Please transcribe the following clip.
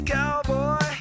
Cowboy